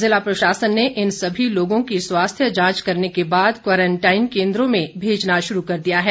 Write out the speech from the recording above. ज़िला प्रशासन ने इन सभी लोगों की स्वास्थ्य जांच करने के बाद क्वारंटाइन केन्द्रों में भेजना शुरू कर दिया है